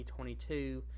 2022